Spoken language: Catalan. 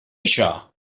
això